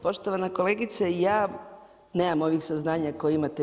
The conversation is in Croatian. Poštovana kolegice, ja nemam ovih saznanja koja imate vi.